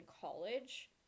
college